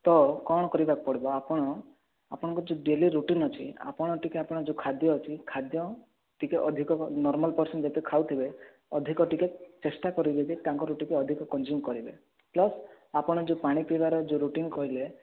ତ କ'ଣ କରିବାକୁ ପଡ଼ିବ ଆପଣ ଆପଣଙ୍କ ଯୋଉ ଡେଲି ରୁଟିନ୍ ଅଛି ଆପଣ ଟିକିଏ ଆପଣ ଯୋଉ ଖାଦ୍ୟ ଅଛି ଖାଦ୍ୟ ଟିକିଏ ଅଧିକ ନର୍ମାଲ୍ ପର୍ସନ୍ ଯେତେ ଖାଉଥିବେ ଅଧିକ ଟିକିଏ ଚେଷ୍ଟା କରିବେ ଯେ ତାଙ୍କରୁ ଟିକିଏ ଅଧିକ କନ୍ଜିୟୁମ୍ କରିବେ ପ୍ଲସ୍ ଆପଣ ଯୋଉ ପାଣି ପିଇବାର ଯୋଉ ରୁଟିନ୍ କହିଲେ